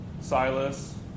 Silas